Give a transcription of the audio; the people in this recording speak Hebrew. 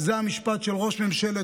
זה המשפט של ראש ממשלת,